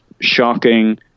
shocking